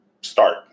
start